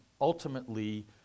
ultimately